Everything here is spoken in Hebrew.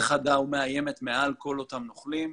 חדה ומאיימת מעל כל אותם נוכלים,